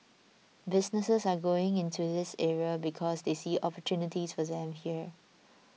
businesses are going into this area because they see opportunities for them here